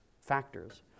factors